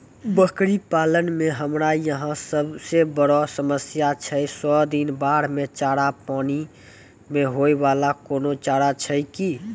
बकरी पालन मे हमरा यहाँ सब से बड़ो समस्या छै सौ दिन बाढ़ मे चारा, पानी मे होय वाला कोनो चारा छै कि?